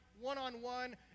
one-on-one